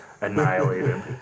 annihilated